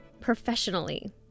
professionally